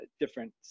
different